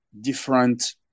different